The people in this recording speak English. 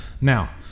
Now